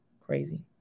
Crazy